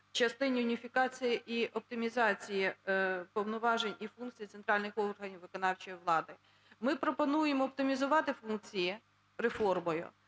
частині уніфікації і оптимізації повноважень і функцій центральних органів виконавчої влади. Ми пропонуємо оптимізувати функції реформою,